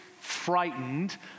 frightened